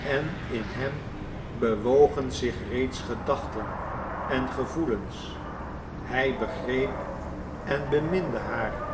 en in hem bewogen zich reeds gedachten en gevoelens hij begreep en beminde haar